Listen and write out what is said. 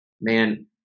man